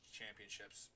championships